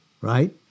right